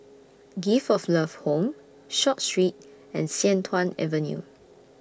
Gift of Love Home Short Street and Sian Tuan Avenue